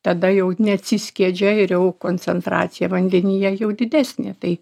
tada jau ne atsiskiedžia ir jau koncentracija vandenyje jau didesnė tai